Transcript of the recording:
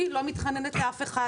אני לא מתחננת לאף אחד.